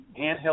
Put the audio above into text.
handheld